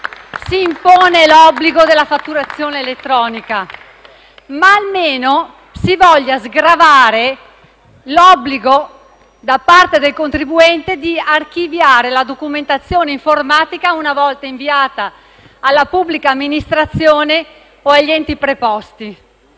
si impone allora l'obbligo della fatturazione elettronica, ma almeno si voglia sgravare l'obbligo da parte del contribuente di archiviare la documentazione informatica una volta inviata alla pubblica amministrazione o agli enti preposti.